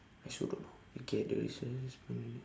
I also don't know okay the